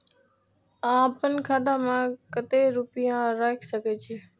आपन खाता में केते रूपया रख सके छी?